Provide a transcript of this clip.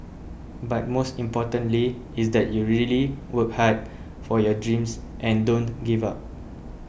but most importantly is that you really work hard for your dreams and don't give up